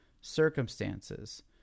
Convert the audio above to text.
circumstances